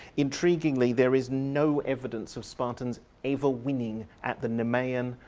intriguingly there is no evidence of spartans ever winning at the nemean,